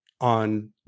on